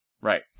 Right